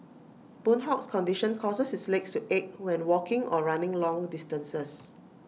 boon Hock's condition causes his legs to ache when walking or running long distances